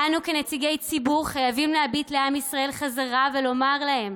אנו כנציגי ציבור חייבים להביט על עם ישראל בחזרה ולומר להם: